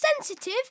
sensitive